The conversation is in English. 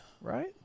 Right